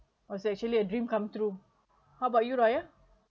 was actually a dream come true how about you raya